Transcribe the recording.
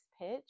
pitch